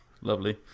Lovely